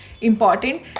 important